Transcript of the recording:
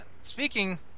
speaking